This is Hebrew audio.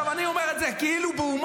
עכשיו, אני אומר את זה כאילו בהומור.